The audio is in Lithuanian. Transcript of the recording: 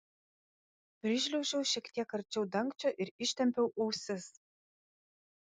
prišliaužiau šiek tiek arčiau dangčio ir ištempiau ausis